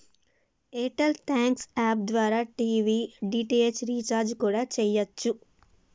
air tell thanks app ద్వారా TV DTH recharge కూడా చెయ్యచ్చు